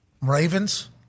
Ravens